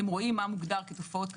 אתם רואים מה מוגדר כתופעות כלליות,